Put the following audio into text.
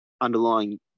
underlying